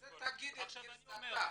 עכשיו אני אומר,